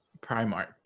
Primark